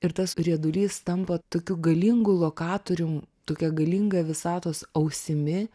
ir tas riedulys tampa tokiu galingu lokatorium tokia galinga visatos ausimi